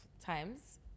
times